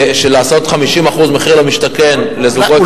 של 50% מחיר למשתכן לזוגות צעירים,